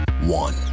one